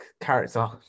character